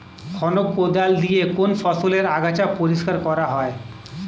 খনক কোদাল দিয়ে কোন ফসলের আগাছা পরিষ্কার করা হয়?